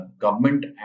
government